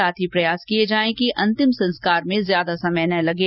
साथ ही प्रयास किए जाये कि अंतिम संस्कार में ज्यादा समय न लगे